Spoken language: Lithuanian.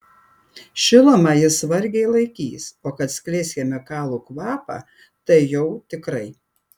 šilumą jis vargiai laikys o kad skleis chemikalų kvapą tai jau tikrai